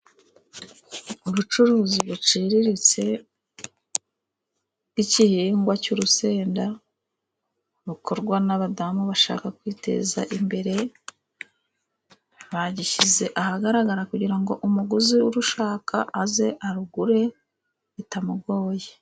Abantu bambaye imyenda isa， baragaragara neza cyane，ahantu hose bari ku buryo ubarebye uba ubona ari abantu bameze neza， kandi bafite icyerekezo cy'ejo hazaza. Ni byiza rero guhurira hamwe mwishimye，kandi mwambaye ibisa， muba mukeye cyane.